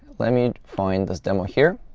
let me find this demo here.